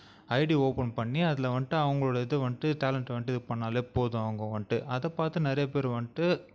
ID open பண்ணி அதில் வந்துட்டு அவங்களோட இதை வந்துட்டு டேலெண்ட்டு வந்துட்டு இது பண்ணிணாலே போதும் அவங்க வந்துட்டு அதை பார்த்து நிறைய பேர் வந்துட்டு